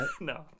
no